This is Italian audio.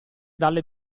dalle